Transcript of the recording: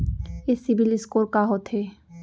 ये सिबील स्कोर का होथे?